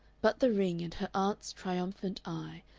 but the ring, and her aunt's triumphant eye,